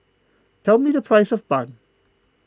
tell me the price of Bun